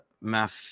Math